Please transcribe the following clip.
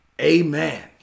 Amen